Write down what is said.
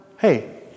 Hey